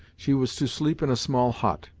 she was to sleep in a small hut,